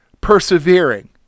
persevering